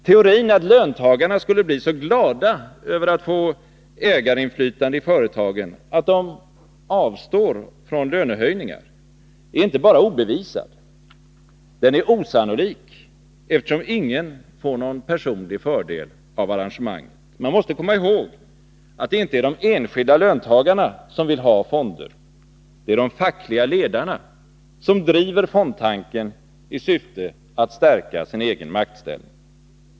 Teorin att löntagarna skall bli så glada över att få ägarinflytande i företagen att de avstår från lönehöjningar är inte bara obevisad — den är osannolik, eftersom ingen får någon personlig fördel av arrangemanget. Man måste komma ihåg att det inte är de enskilda löntagarna som vill ha fonder. Det är de fackliga ledarna som driver fondtanken i syfte att stärka sin egen maktställning.